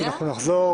נחזור